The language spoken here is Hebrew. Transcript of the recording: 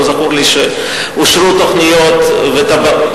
לא זכור לי שאושרו תוכניות ותב"ע,